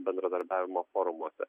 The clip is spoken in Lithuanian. bendradarbiavimo formose